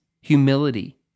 humility